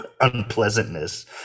unpleasantness